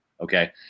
Okay